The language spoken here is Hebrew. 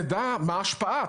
תדע מה ההשפעה,